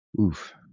Oof